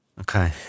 Okay